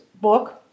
book